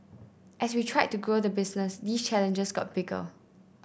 as we tried to grow the business these challenges got bigger